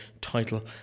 title